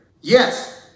Yes